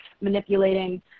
manipulating